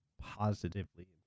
positively